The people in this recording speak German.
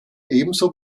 ebenso